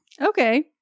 Okay